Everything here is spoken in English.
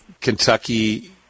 Kentucky